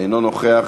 אינו נוכח,